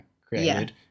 created